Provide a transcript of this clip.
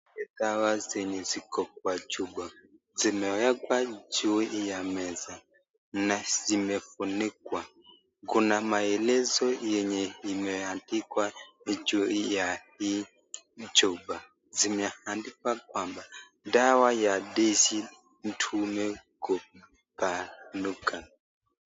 Ni dawa zenye ziko kwa chupa, zimewekwa juu ya meza na zimefunikwa, kuna maelezo yenye imeandikwa juu ya hii chupa, zimeandikwa kwamba dawa ya tezi dume kupanuka.